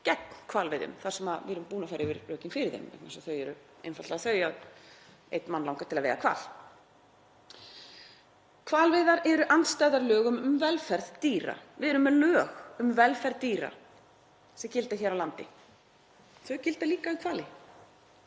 gegn hvalveiðum þar sem við erum búin að fara yfir rökin fyrir þeim, vegna þess að þau eru einfaldlega þau að einn mann langar til að veiða hval. Hvalveiðar eru andstæðar lögum um velferð dýra. Við erum með lög um velferð dýra sem gilda hér á landi. Þau gilda líka um hvali,